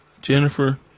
Jennifer